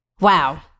Wow